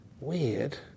Weird